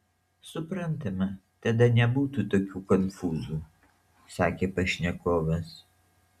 suprantama tada nebūtų tokių konfūzų sakė pašnekovas